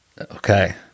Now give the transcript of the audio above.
okay